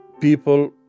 people